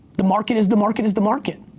the market is the market is the market.